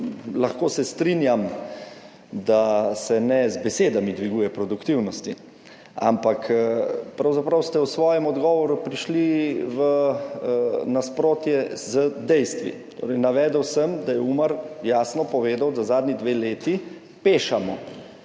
lahko se strinjam, da se produktivnosti ne dviguje z besedami, ampak pravzaprav ste v svojem odgovoru prišli v nasprotje z dejstvi. Torej, navedel sem, da je Umar jasno povedal, da zadnji dve leti pešamo